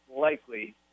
likely